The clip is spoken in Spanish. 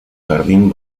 jardín